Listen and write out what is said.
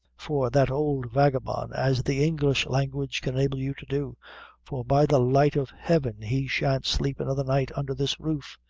for that old vagabond, as the english language can enable you to do for by the light of heaven, he shan't sleep another night under this roof.